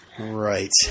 Right